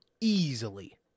Easily